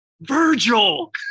Virgil